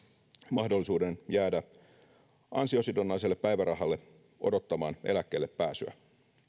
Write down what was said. mahdollisuuden jäädä ansiosidonnaiselle päivärahalle odottamaan eläkkeellepääsyä